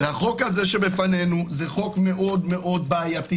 החוק שלפנינו מאוד בעיייי,